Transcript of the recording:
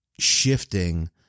shifting